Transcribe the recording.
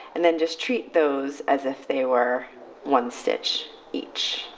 and then just treat those as if they were one stitch each.